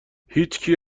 هیچکی